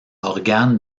organe